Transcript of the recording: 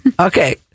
Okay